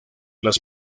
las